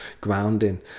grounding